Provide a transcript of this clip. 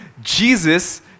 Jesus